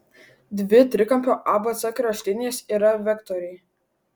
dvi trikampio abc kraštinės yra vektoriai